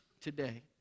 today